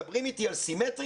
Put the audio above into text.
מדברים איתי על סימטריה?